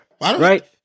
Right